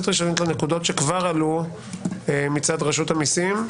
ראשונית לנקודות שכבר עלו מצד רשות המסים,